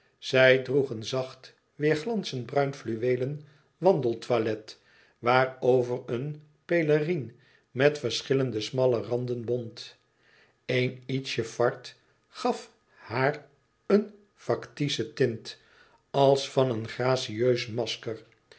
zij droeg een zacht weêrglansend bruin fluweelen wandeltoilet waarover een pelerine met verschillende smalle randen bont een ietsje fard gaf haar een factice teint als van een gracieus masker